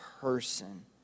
person